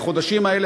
החודשים האלה,